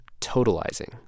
totalizing